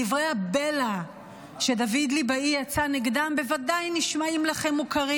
דברי הבלע שדוד ליבאי יצא נגדם בוודאי נשמעים לכם מוכרים.